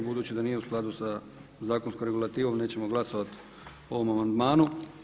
Budući da nije u skladu sa zakonskom regulativom nećemo glasovat o ovom amandmanu.